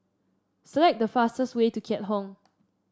select the fastest way to Keat Hong